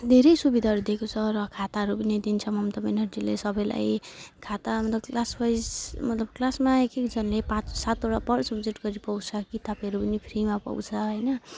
धेरै सुविधाहरू दिएको छ र खाताहरू पनि दिन्छ ममता ब्यानर्जीले सबैलाई खाता अनि त क्लासवाइज मतलब क्लासमा एक एकजनाले पाँच सातवटा पर सब्जेक्ट गरी पाउँछ कितापहरू पनि फ्रीमा पाउँछ हैन